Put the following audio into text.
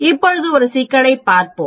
இப்போது ஒரு சிக்கலைப் பார்ப்போம்